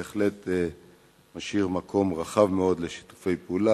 בהחלט משאיר מקום רחב מאוד לשיתופי פעולה.